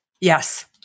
Yes